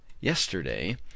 yesterday